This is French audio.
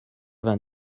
vingt